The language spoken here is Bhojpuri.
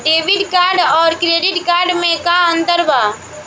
डेबिट कार्ड आउर क्रेडिट कार्ड मे का अंतर बा?